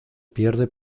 pierde